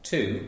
Two